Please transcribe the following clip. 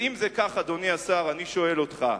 ואם זה כך, אדוני השר, אני שואל אותך,